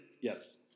Yes